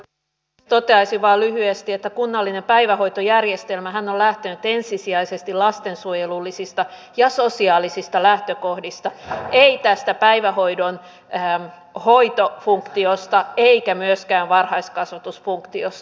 toteaisin vain lyhyesti että kunnallinen päivähoitojärjestelmähän on lähtenyt ensisijaisesti lastensuojelullisista ja sosiaalisista lähtökohdista ei tästä päivähoidon hoitofunktiosta eikä myöskään varhaiskasvatusfunktiosta